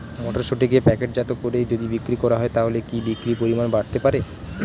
মটরশুটিকে প্যাকেটজাত করে যদি বিক্রি করা হয় তাহলে কি বিক্রি পরিমাণ বাড়তে পারে?